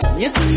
yes